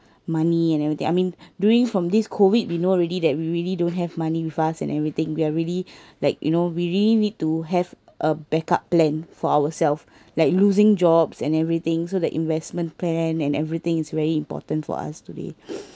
money and everything I mean during from these COVID we know already that we really don't have money with us and everything we are really like you know we really need to have a backup plan for ourself like losing jobs and everything so the investment plan and everything is very important for us today